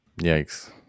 yikes